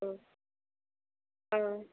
ஆ ஆ